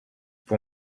pour